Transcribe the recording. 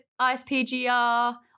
ISPGR